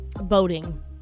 Boating